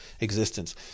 existence